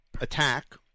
attack